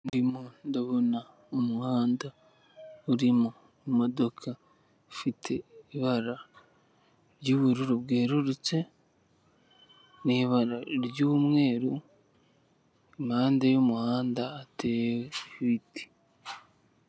Ndimo ndabona umuhanda urimo imodoka ifite ibara ry'ubururu bwerurutse n'ibara ry'umweru impande y'umuhanda hateye ibiti.